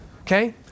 okay